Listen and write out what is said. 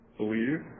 believe